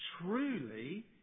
truly